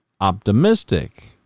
optimistic